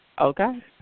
Okay